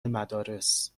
مدارس